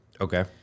Okay